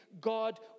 God